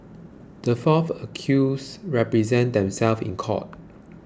the fourth accused represented themselves in court